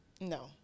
No